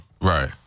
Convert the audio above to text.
Right